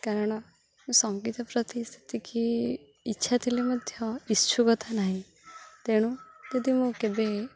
କାରଣ ମୁଁ ସଙ୍ଗୀତ ପ୍ରତି ସେତିକି ଇଚ୍ଛା ଥିଲେ ମଧ୍ୟ ଉତ୍ସୁକତା ନାହିଁ ତେଣୁ ଯଦି ମୁଁ କେବେ